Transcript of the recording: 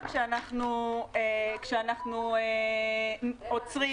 כשאנחנו עוצרים,